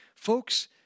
Folks